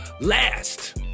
last